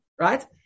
right